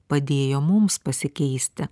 padėjo mums pasikeisti